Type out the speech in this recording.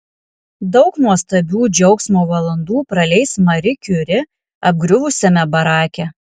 daug nuostabių džiaugsmo valandų praleis mari kiuri apgriuvusiame barake